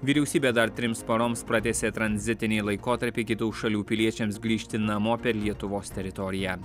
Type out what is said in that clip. vyriausybė dar trims paroms pratęsė tranzitinį laikotarpį kitų šalių piliečiams grįžti namo per lietuvos teritoriją